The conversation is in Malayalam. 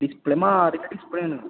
ഡിസ്പ്ലേ മാറിയ ഡിസ്പ്ലേ ആണ്